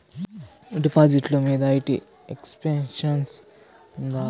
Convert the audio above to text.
డిపాజిట్లు మీద IT exemption ఉందా?